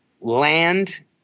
land